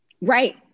Right